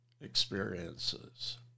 experiences